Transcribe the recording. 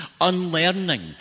unlearning